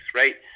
right